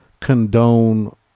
condone